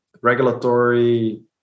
regulatory